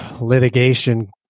litigation